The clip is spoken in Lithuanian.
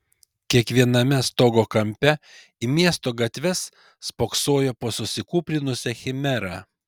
kiekviename stogo kampe į miesto gatves spoksojo po susikūprinusią chimerą